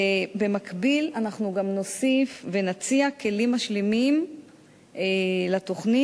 ובמקביל גם נוסיף ונציע כלים משלימים לתוכנית